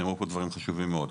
נאמרו פה דברים חשובים מאוד.